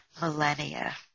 millennia